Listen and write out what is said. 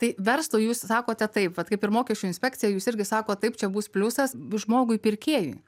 tai verslo jūs sakote taip vat kaip ir mokesčių inspekcija jūs irgi sakot taip čia bus pliusas žmogui pirkėjui